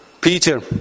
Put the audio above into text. Peter